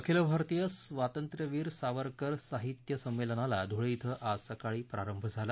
अखिल भारतीय स्वातंत्र्यवीर सावरकर साहित्य संमेलनास धुळे धिं आज सकाळी प्रारंभ झाला